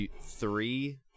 three